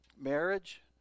Marriage